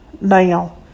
now